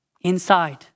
inside